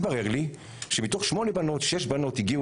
התברר לי שמתוך שמונה בנות שש בנות הגיעו